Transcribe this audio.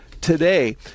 Today